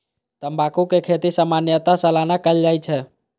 तंबाकू के खेती सामान्यतः सालाना कैल जाइ छै